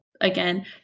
again